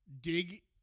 dig